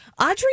Audrey